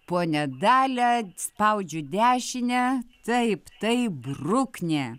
ponia dalia spaudžiu dešinę taip taip bruknė